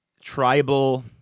tribal